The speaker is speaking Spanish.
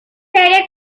seria